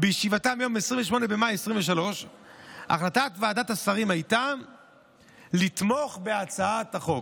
בישיבתה מיום 28 במאי 2023. החלטת ועדת השרים הייתה לתמוך בהצעת החוק,